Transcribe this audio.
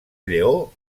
lleó